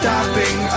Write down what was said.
Stopping